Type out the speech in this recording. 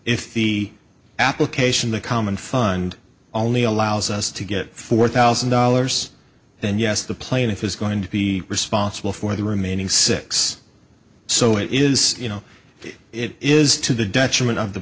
if the application the common fund only allows us to get four thousand dollars then yes the plaintiff is going to be responsible for the remaining six so it is you know it is to the detriment of the